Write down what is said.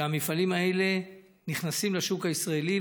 המפעלים האלה נכנסים לשוק הישראלי,